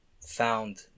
found